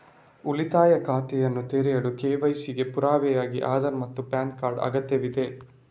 ಉಳಿತಾಯ ಖಾತೆಯನ್ನು ತೆರೆಯಲು ಕೆ.ವೈ.ಸಿ ಗೆ ಪುರಾವೆಯಾಗಿ ಆಧಾರ್ ಮತ್ತು ಪ್ಯಾನ್ ಕಾರ್ಡ್ ಅಗತ್ಯವಿದೆ